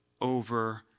over